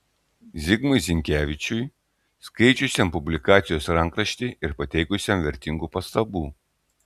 zigmui zinkevičiui skaičiusiam publikacijos rankraštį ir pateikusiam vertingų pastabų